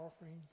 offering